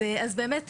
אז באמת,